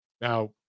Now